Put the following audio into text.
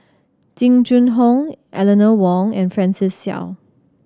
Jing Jun Hong Eleanor Wong and Francis Seow